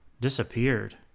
disappeared